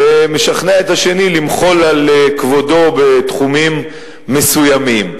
ומשכנע את השני למחול על כבודו בתחומים מסוימים.